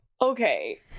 Okay